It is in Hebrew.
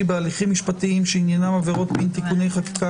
בהליכים משפטיים שעניינם עבירות מין (תיקוני חקיקה),